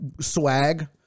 swag